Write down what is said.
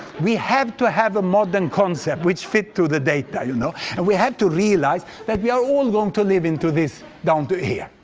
we have to have a modern concept, which fits to the data. you know and we have to realize that we are all going to into this, down to here.